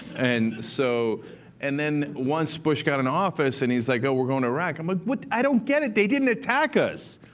and so and then once bush got into and office, and he's like, oh, we're going to iraq. i'm like, what? i don't get it. they didn't attack us.